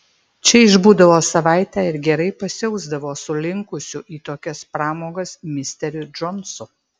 čia išbūdavo savaitę ir gerai pasiausdavo su linkusiu į tokias pramogas misteriu džonsu